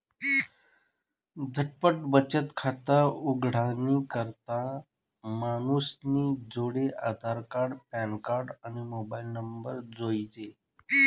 झटपट बचत खातं उघाडानी करता मानूसनी जोडे आधारकार्ड, पॅनकार्ड, आणि मोबाईल नंबर जोइजे